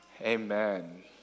amen